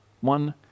one